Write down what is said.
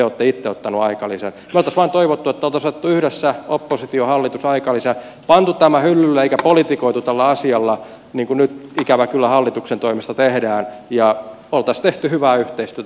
me olisimme vain toivoneet että olisi otettu yhdessä oppositiohallitus aikalisä pantu tämä hyllylle eikä politikoitu tällä asialla niin kuin nyt ikävä kyllä hallituksen toimesta tehdään ja olisi tehty hyvää yhteistyötä